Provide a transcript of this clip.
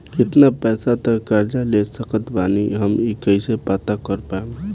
केतना पैसा तक कर्जा ले सकत बानी हम ई कइसे पता कर पाएम?